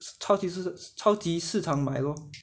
超级市超级市场买咯